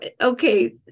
okay